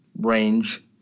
range